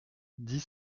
dix